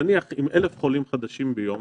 נניח, 1,000 חולים חדשים ביום